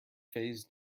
phase